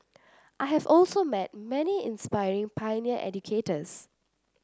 I have also met many inspiring pioneer educators